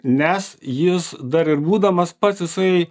nes jis dar ir būdamas pats jisai